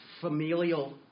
familial